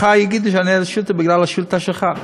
מחר יגידו שאני עונה על השאילתה בגלל השאילתה שלך.